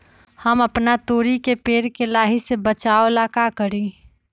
हम अपना तोरी के पेड़ के लाही से बचाव ला का करी?